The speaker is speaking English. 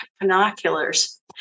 binoculars